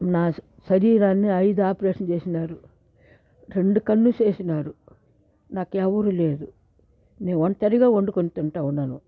నా శ శరీరాన్ని ఐదు ఆపరేషన్లు చేసినారు రెండు కన్ను చేసినారు నాకెవ్వరూ లేరు నేను ఒంటరిగా వండుకుని తింటూ ఉన్నాను